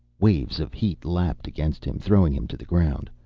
waves of heat lapped against him, throwing him to the ground.